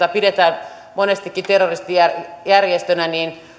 pidetään monestikin terroristijärjestönä